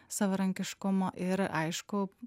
savarankiškumo ir aišku